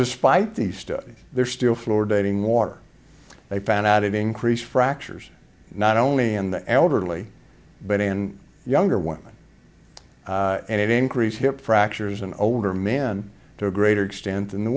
despite these studies they're still floor dating more they found out it increased fractures not only in the elderly but in younger women and it increased hip fractures in older men to a greater extent than the